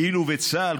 וכאילו צה"ל,